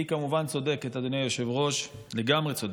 היא כמובן צודקת, אדוני היושב-ראש, לגמרי צודקת.